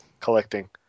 collecting